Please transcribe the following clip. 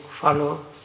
follow